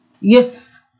Yes